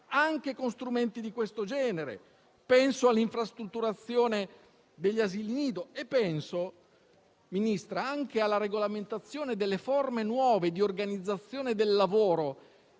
anche con strumenti di questo genere: penso all'infrastrutturazione degli asili nido e penso, signora Ministro, anche alla regolamentazione delle forme nuove di organizzazione del lavoro.